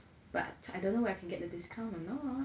but I don't know whether I can get the discount or not